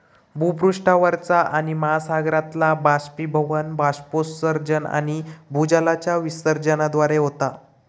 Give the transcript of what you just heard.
भूपृष्ठावरचा पाणि महासागरातला बाष्पीभवन, बाष्पोत्सर्जन आणि भूजलाच्या विसर्जनाद्वारे होता